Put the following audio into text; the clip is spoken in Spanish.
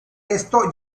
esto